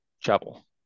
chapel